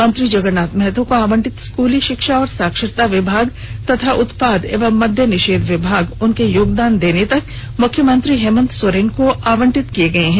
मंत्री जगरनाथ महतो को आवंटित स्कूली शिक्षा एवं साक्षरता विभाग तथा उत्पाद एवं मद्य निषेध विभाग उनके योगदान देने तक मुख्यमंत्री हेमंत सोरेन को आवंटित किया गया है